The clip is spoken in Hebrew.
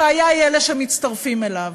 הבעיה היא אלה שמצטרפים אליו.